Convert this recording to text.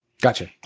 Gotcha